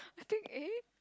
think eh